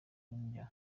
kundya